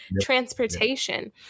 transportation